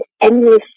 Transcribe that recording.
endless